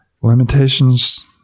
limitations